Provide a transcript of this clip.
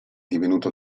divenuto